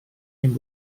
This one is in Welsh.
ein